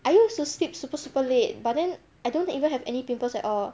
I used to sleep super super late but then I don't even have any pimples at all